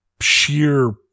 sheer